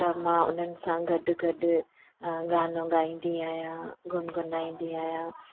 त मां उन्हनि सां गॾु गॾु गानो ॻाईंदी आहियां गुनगुनाईंदी आहियां